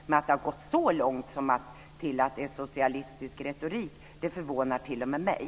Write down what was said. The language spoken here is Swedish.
Men att det har gått så långt som att det är socialistisk retorik förvånar t.o.m. mig.